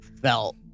felt